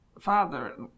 Father